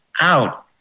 out